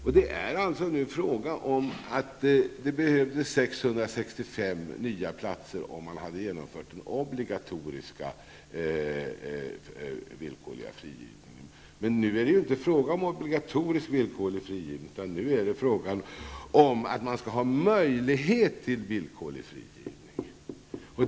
Det är alltså nu fråga om att det behövs 665 nya platser om man genomför den obligatoriska villkorliga frigivningen. Men nu är det inte fråga om obligatorisk villkorlig frigivning, utan nu är det fråga om att det skall finnas möjlighet till villkorlig frigivning.